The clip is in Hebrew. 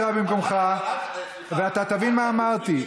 אז תשב בבקשה במקומך, ואתה תבין מה אמרתי.